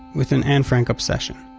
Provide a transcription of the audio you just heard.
with an anne frank obsession.